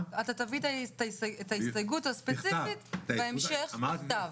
אתה תביא את ההסתייגות הספציפית בהמשך בכתב.